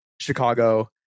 Chicago